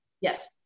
Yes